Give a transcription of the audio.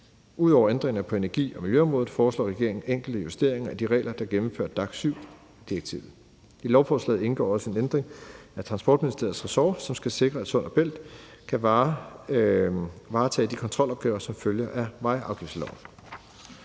Ud over ændringer på energi- og miljøområdet foreslår regeringen enkelte justeringer i de regler, der gennemfører DAC7-direktivet. I lovforslaget indgår også en ændring af Transportministeriets ressort, som skal sikre, at Sund & Bælt kan varetage de kontrolopgaver, som følger af vejafgiftsloven.